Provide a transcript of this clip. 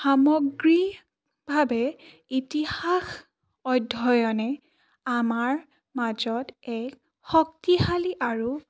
সামগ্ৰিকভাৱে ইতিহাস অধ্যয়নে আমাৰ মাজত এক শক্তিশালী আৰু